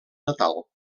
natal